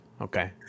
okay